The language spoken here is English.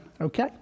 Okay